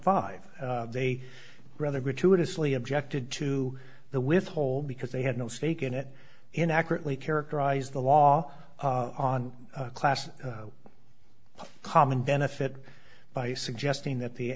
five they rather gratuitously objected to the withhold because they had no stake in it in accurately characterized the law on class common benefit by suggesting that the